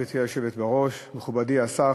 מכובדי השר,